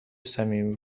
صمیمی